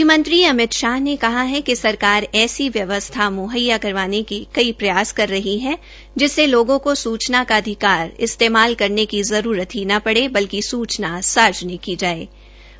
गृह मंत्री अमित शाह ने कहा है कि सरकार ऐसी व्यवस्था मुहैया करवाने के लिए प्रयास कर रही है जिसमें लोगों को सूचना का अधिकार इस्तेमाल करने की जरूरत ही न पड़े बल्कि सूचा सार्वजनिक रूप से उपलब्ध करवाई जाएगी